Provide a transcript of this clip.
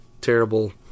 terrible